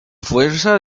fuerzas